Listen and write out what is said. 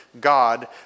God